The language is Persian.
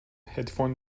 هدفون